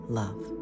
love